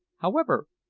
however,